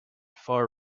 far